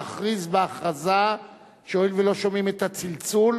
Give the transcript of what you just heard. להכריז בכריזה שהואיל ולא שומעים את הצלצול,